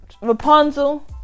Rapunzel